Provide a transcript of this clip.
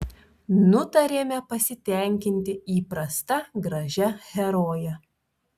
nutarėme pasitenkinti įprasta gražia heroje